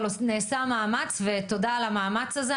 אבל נעשה מאמץ ותודה על המאמץ הזה,